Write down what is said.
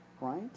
right